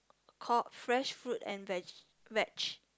call fresh fruit and veg veg